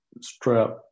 strap